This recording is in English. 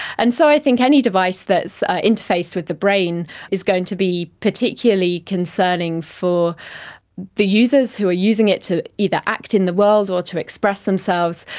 and so i think any device that is interfaced with the brain is going to be particularly concerning for the users who are using it to either act in the world or to express themselves.